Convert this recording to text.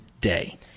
day